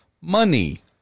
money